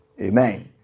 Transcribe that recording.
Amen